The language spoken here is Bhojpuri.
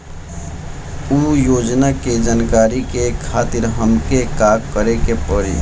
उ योजना के जानकारी के खातिर हमके का करे के पड़ी?